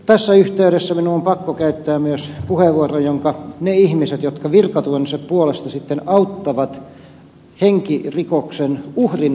tässä yhteydessä minun on pakko käyttää myös puheenvuoro jonka ne ihmiset jotka virkatyönsä puolesta auttavat henkirikoksen uhrin omaisia ovat minua kehottaneet pitämään